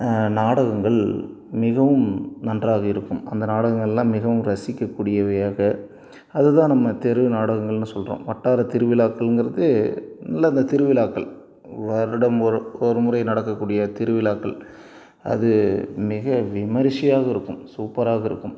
நாடகங்கள் மிகவும் நன்றாக இருக்கும் அந்த நாடகங்கள்லா மிகவும் ரசிக்கக்கூடியவையாக அதுதான் நம்ம தெரு நாடகங்கள்னு சொல்கிறோம் வட்டாரத் திருவிழாக்கங்கிறது இல்லை அந்த திருவிழாக்கள் வருடம் ஒரு ஒரு முறை நடக்கக்கூடிய திருவிழாக்கள் அது மிக விமர்சியாக இருக்கும் சூப்பராக இருக்கும்